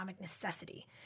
necessity